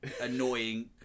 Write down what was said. annoying